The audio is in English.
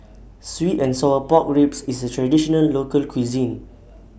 Sweet and Sour Pork Ribs IS A Traditional Local Cuisine